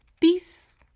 Peace